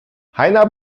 heiner